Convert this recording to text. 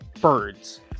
birds